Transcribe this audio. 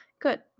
Good